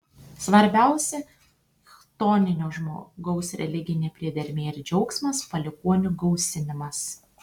svarbiausia chtoninio žmogaus religinė priedermė ir džiaugsmas palikuonių gausinimas